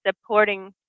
supporting